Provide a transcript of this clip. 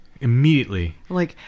Immediately